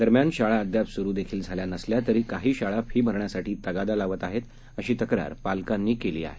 दरम्यान शाळा अद्याप सुरू देखील झाल्या नसल्या तरी देखील काही शाळा फी भरण्यासाठी तगादा लावत आहेत अशी तक्रार पालकांनी केली आहे